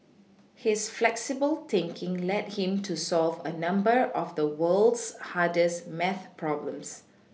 his flexible thinking led him to solve a number of the world's hardest maths problems